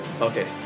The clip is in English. okay